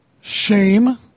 shame